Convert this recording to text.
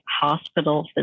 hospital